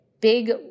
big